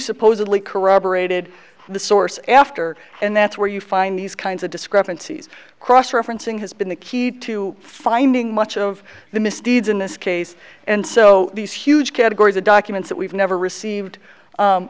supposedly corroborated the source after and that's where you find these kinds of discrepancies cross referencing has been the key to finding much of the misdeeds in this case and so these huge categories of documents that we've never received